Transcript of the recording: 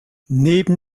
neben